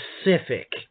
specific